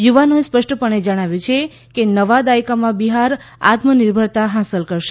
યુવાનોએ સ્પષ્ટ પણે જણાવ્યું છે કે નવા દાયકામાં બિહાર આત્મનિર્ભરતા હાંસલ કરશે